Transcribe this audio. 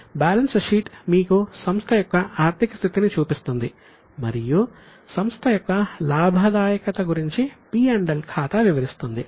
కాబట్టి balance sheet మీకు సంస్థ యొక్క ఆర్ధిక స్థితిని చూపిస్తుంది మరియు సంస్థ యొక్క లాభదాయకత గురించి P L ఖాతా వివరిస్తుంది